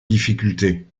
difficulté